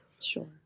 Sure